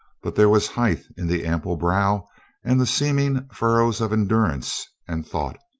but there was height in the ample brow and the seaming furrows of endurance and thought.